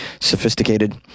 sophisticated